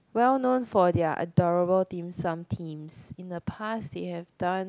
well known for their adorable dimsum theme in the past they have done